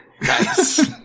Nice